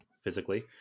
physically